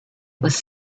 was